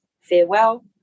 farewell